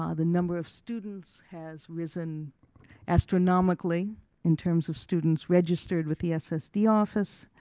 ah the number of students has risen astronomically in terms of students registered with the ssd office.